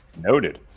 Noted